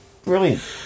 Brilliant